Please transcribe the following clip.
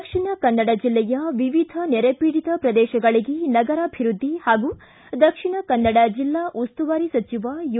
ದಕ್ಷಿಣ ಕನ್ನಡ ಜಿಲ್ಲೆಯ ವಿವಿಧ ನೆರೆಪೀಡಿತ ಪ್ರದೇಶಗಳಿಗೆ ನಗರಾಭಿವೃದ್ದಿ ಹಾಗೂ ದಕ್ಷಿಣ ಕನ್ನಡ ಜಿಲ್ಲಾ ಉಸ್ತುವಾರಿ ಸಚಿವ ಯು